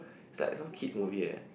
it's like some kids movie eh